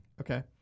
Okay